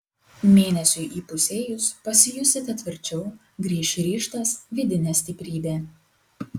mėnesiui įpusėjus pasijusite tvirčiau grįš ryžtas vidinė stiprybė